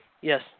Yes